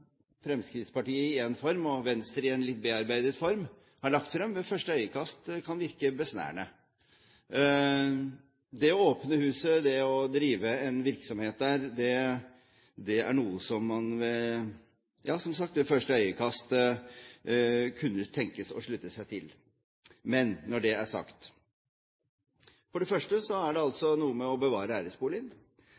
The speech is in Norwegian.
Fremskrittspartiet i én form, og Venstre i en litt bearbeidet form, har lagt frem, ved første øyekast kan virke besnærende. Det å åpne huset, det å drive en virksomhet der, er noe som man, som sagt, ved første øyekast kunne tenkes å slutte seg til. Men når det er sagt: For det første er det